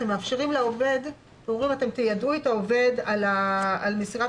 אתם אומרים שתיידעו את העובד על מסירת